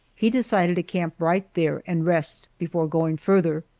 he decided to camp right there and rest before going farther.